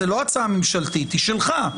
זו לא הצעה ממשלתית, היא שלך.